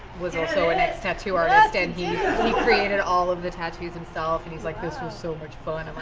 was also an ex-tattoo artist, and yeah he created all of the tattoos himself. and he's like, this was so much fun. i'm like,